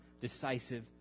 decisive